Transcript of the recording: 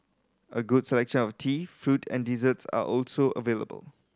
a good selection of tea fruit and desserts are also available